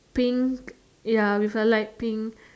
pink ya with a light pink